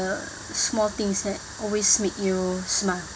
small things that always make you smile